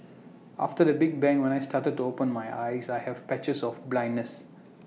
after the big bang when I started to open my eyes I have patches of blindness